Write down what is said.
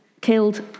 killed